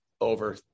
over